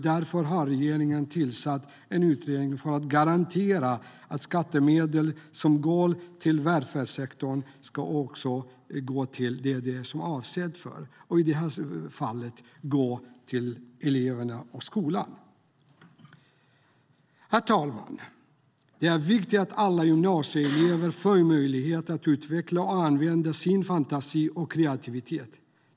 Därför har regeringen tillsatt en utredning för att garantera att skattemedel som går till välfärdssektorn också ska gå till vad de är avsedda för. I det här fallet är det eleverna och skolan. Herr talman! Det är viktigt att alla gymnasielever får möjlighet att utveckla och använda sin fantasi och kreativitet.